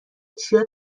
چیا